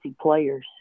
players